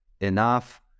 enough